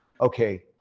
okay